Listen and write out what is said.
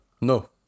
No